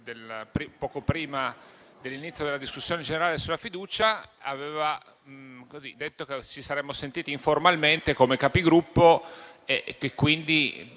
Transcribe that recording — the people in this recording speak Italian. poco prima dell'inizio della discussione generale sulla fiducia, aveva detto che ci saremmo sentiti informalmente come Capigruppo e che era